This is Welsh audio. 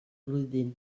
flwyddyn